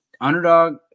Underdog